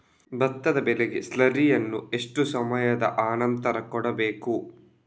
ಭತ್ತದ ಬೆಳೆಗೆ ಸ್ಲಾರಿಯನು ಎಷ್ಟು ಸಮಯದ ಆನಂತರ ಕೊಡಬೇಕು?